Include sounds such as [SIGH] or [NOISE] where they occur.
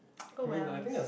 [NOISE] oh wells